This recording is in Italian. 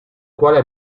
quale